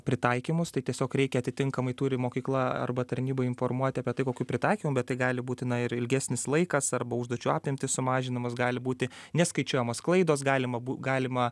pritaikymus tai tiesiog reikia atitinkamai turi mokykla arba tarnyba informuoti apie tai kokių pritaikymų bet tai gali būti na ir ilgesnis laikas arba užduočių apimtys sumažinamos gali būti neskaičiuojamos klaidos galima bu galima